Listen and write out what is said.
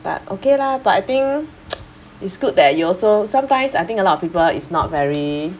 but okay lah but I think it's good that you also sometimes I think a lot of people is not very